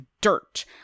dirt